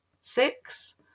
six